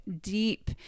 deep